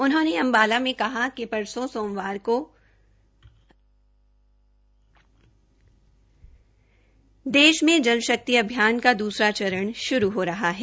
उन्होंने अंबाला में कहा कि परसों सोमवार को देष में जल शक्ति अभियान का दूसरा चरण शुरू हो रहा है